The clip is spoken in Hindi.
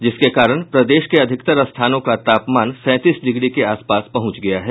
जिसके कारण प्रदेश के अधिकतर स्थानों का तापमान सैंतीस डिग्री के आसपास पहुंच गया है